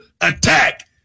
Attack